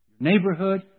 Neighborhood